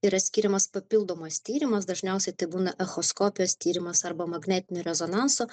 yra skiriamas papildomas tyrimas dažniausiai tai būna echoskopijos tyrimas arba magnetinio rezonanso